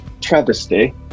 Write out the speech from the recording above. Travesty